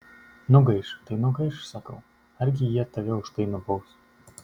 nugaiš tai nugaiš sakau argi jie tave už tai nubaus